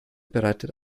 bereitet